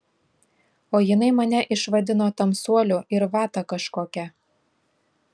o jinai mane išvadino tamsuoliu ir vata kažkokia